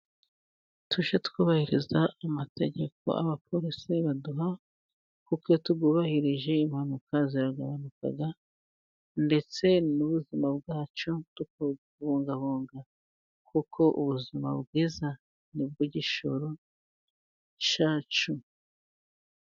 Tujye twubahiriza amategeko abapolisi baduha, kuko iyo tuyubahirije impanuka zagabanuka, ndetse n'ubuzima bwacu tukabubungabunga, kuko ubuzima bwiza ni cyo gishoro cyacu.